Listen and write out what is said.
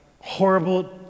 horrible